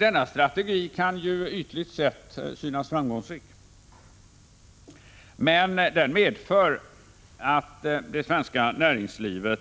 Denna strategi kan ytligt sett synas framgångsrik, men den medför att det svenska näringslivet